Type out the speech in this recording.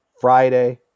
Friday